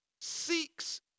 seeks